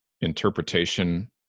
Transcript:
interpretation